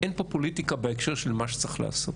אין פופוליטיקה בהקשר של מה שצריך לעשות.